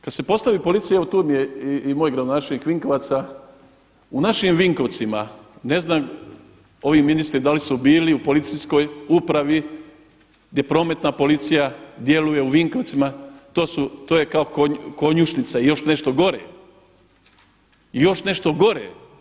Kada se postavi policija evo tu mi je i moj gradonačelnik Vinkovaca, u našim Vinkovcima ne znam ovi ministri da li su bili u policijskoj upravi gdje prometna policija djeluje u Vinkovcima, to je konjušnica i još nešto gore.